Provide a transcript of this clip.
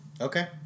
Okay